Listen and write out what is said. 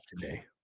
today